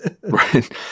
right